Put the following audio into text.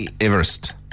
Everest